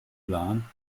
plan